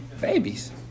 babies